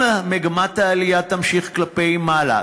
אם מגמת העלייה תימשך כלפי מעלה,